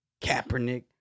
Kaepernick